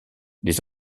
les